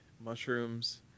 mushrooms